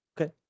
Okay